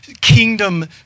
kingdom